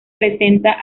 presenta